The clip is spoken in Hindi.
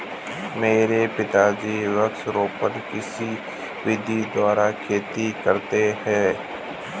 मेरे पिताजी वृक्षारोपण कृषि विधि द्वारा खेती करते हैं